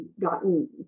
gotten